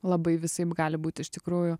labai visaip gali būti iš tikrųjų